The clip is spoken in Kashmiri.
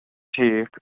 ٹھیٖک